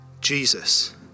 Jesus